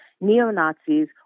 neo-Nazis